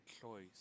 choice